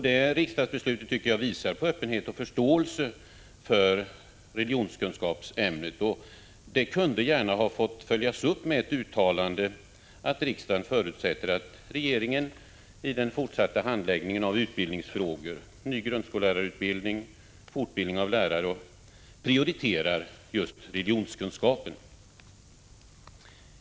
Det riksdagsbeslutet tycker jag visar på öppenhet och förståelse för religionskunskapsämnet. Det kunde gärna ha fått följas upp med ett uttalande om att riksdagen förutsätter att regeringen vid den fortsatta handläggningen av utbildningsfrågor — ny grundskolelärarutbildning och fortbildning av lärare — prioriterar just religionskunskapen.